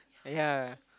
yeah